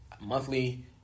monthly